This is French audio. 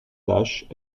tâche